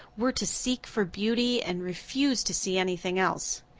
we're to seek for beauty and refuse to see anything else.